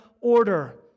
order